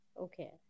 Okay